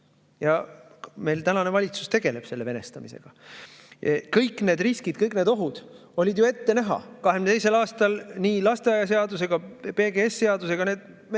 Ja meil tänane valitsus tegeleb selle venestamisega. Kõik need riskid, kõik need ohud olid ju ette näha. 2022. aastal nii lasteaiaseaduse kui ka PGS‑i arutelul me siitsamast